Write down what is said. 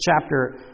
chapter